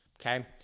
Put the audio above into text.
okay